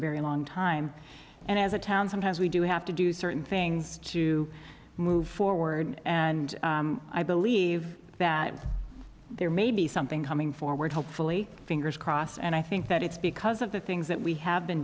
very long time and as a town sometimes we do have to do certain things to move forward and i believe that there may be something coming forward hopefully fingers crossed and i think that it's because of the things that we have been